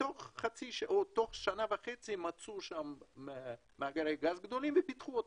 תוך שנה וחצי מצאו שם מאגרי גז גדולים ופיתחו אותם.